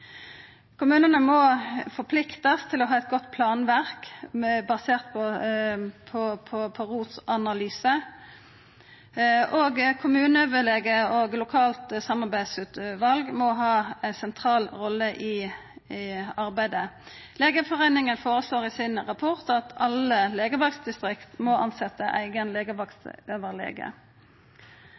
Kommunane må forpliktast til å ha eit godt planverk basert på ROS-analysar, og kommuneoverlege og lokalt samarbeidsutval må ha ei sentral rolle i arbeidet. Legeforeininga føreslår i rapporten sin at alle legevaktdistrikt må tilsetja eigen legevaktoverlege. Tilgangen til legevakt